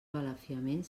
balafiament